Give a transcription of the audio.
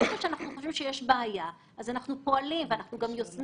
איפה שאנחנו חושבים שיש בעיה אנחנו פועלים ויוזמים.